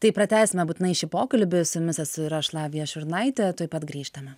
tai pratęsime būtinai šį pokalbį su jumis esu ir aš lavija šurnaitė tuoj pat grįžtame